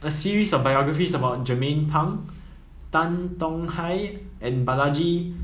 a series of biographies about Jernnine Pang Tan Tong Hye and Balaji